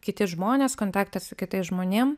kiti žmonės kontaktas su kitais žmonėm